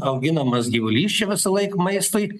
auginamas gyvulys čia visąlaik maistui